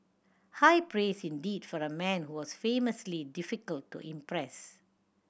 high praise indeed from a man who was famously difficult to impress